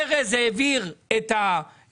ארז אורעד העביר את הרשימה,